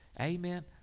Amen